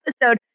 episode